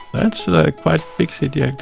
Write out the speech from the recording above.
that's a quite big city, like